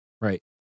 Right